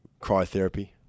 cryotherapy